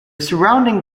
surrounding